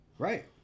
right